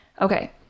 Okay